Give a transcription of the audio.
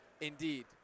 indeed